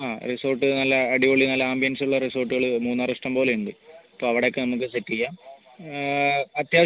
ആ റിസോർട്ട് നല്ല അടിപൊളി നല്ല ആംബിയൻസ് ഉള്ള റിസോർട്ടുകൾ മൂന്നാർ ഇഷ്ടംപോലെ ഉണ്ട് അപ്പം അവിടെ ഒക്കെ നമുക്ക് സെറ്റ് ചെയ്യാം അത്യാവശ്യം